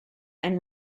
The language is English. and